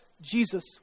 Jesus